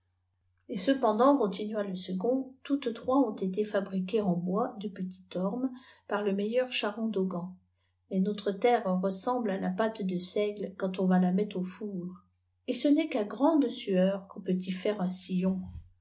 et cependant continua le second toutes trois ont été fabriquées en bois de petit orme par le meilleur charron d'augan mais notre terre ressemble à la pâte de seigle quand on va la mettre au four et ce n'est qu'à grande sueur quon peut y faire un